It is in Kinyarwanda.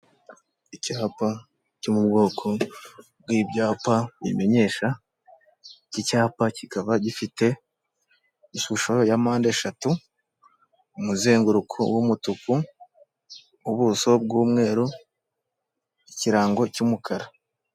Icyapa cyo mu bwoko bw'ibyapa bimenyesha, iki cyapa kikaba gifite ishusho ya mpande eshatu, umuzenguruko w'umutuku, ubuso bw'umweru, ikirango cy'umukara.